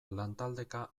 lantaldeka